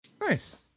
Nice